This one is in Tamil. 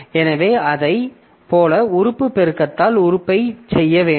எனவே அதைப் போல உறுப்பு பெருக்கத்தால் உறுப்பைச் செய்ய வேண்டும்